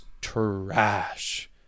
trash